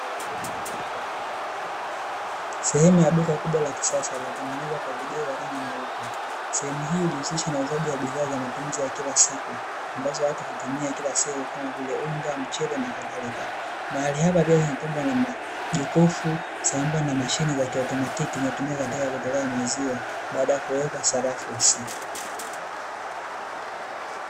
Sehemu ya duka kubwa la kisasa, lililotengenezwa kwa vigae vya rangi nyeupe, sehemu hii hujihusisha na uuzaji wa bidhaa za matumizi ya kila siku ambazo watu hutumia kila siku kama vile: unga, mchele na kadhalika, mahali hapa pia pamepambwa na jokofu, sambamba na mashine za kiautomatiki zinazotumika katika kutolea maziwa baada ya kuwekwa sarafu husika.